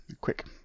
Quick